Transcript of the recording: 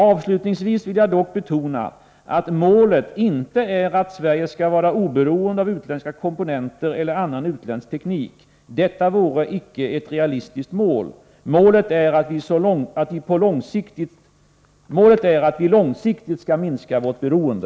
Avslutningsvis vill jag dock betona att målet inte är att Sverige skall vara oberoende av utländska komponenter eller annan utländsk teknik. Detta vore inte ett realistiskt mål. Målet är att vi långsiktigt skall minska vårt beroende.